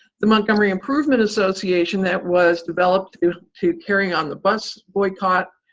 the montgomery improvement association, that was developed to carry on the bus boycott,